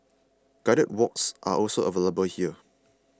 guided walks are also available here